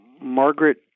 Margaret